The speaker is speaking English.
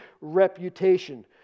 reputation